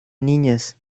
niñas